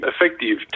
effective